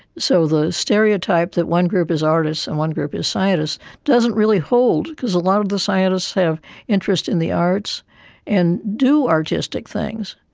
so the stereotype that one group is artist and one group is scientist doesn't really hold because a lot of the scientists have interest in the arts and do artistic things.